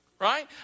right